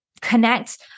connect